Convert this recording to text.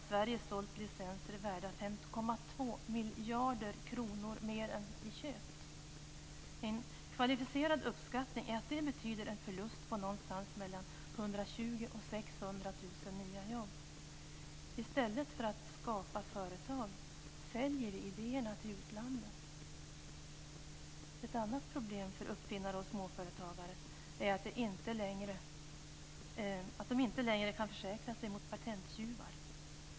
Sverige sålt licenser värda 5,2 miljarder kronor mer än vad vi köpt. En kvalificerad uppskattning är att det betyder en förlust på mellan 120 000 och 600 000 nya jobb. I stället för att skapa företag säljer vi idéer till utlandet. Ett annat problem för uppfinnare och småföretagare är att de inte längre kan försäkra sig mot patenttjuvar.